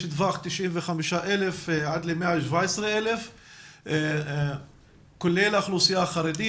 יש טווח של 95,000 עד ל-117,000 כולל האוכלוסייה החרדית.